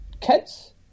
kids